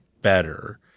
better